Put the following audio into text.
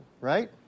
right